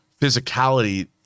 physicality